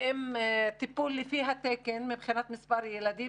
ועם טיפול לפי התקן מבחינת מספר ילדים.